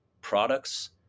products